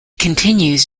continues